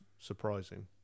surprising